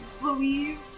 believe